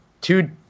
two